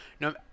no